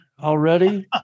already